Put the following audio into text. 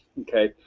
Okay